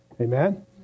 Amen